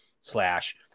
slash